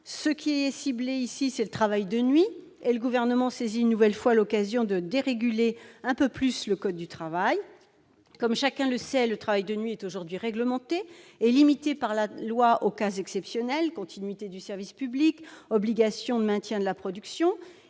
Ce qui est ciblé ici, c'est le travail de nuit, et le Gouvernement saisit une nouvelle fois l'occasion de déréguler un peu plus le code du travail. Comme chacun le sait, le travail de nuit est aujourd'hui réglementé et limité par la loi aux cas exceptionnels : continuité du service public, obligation de maintien de la production,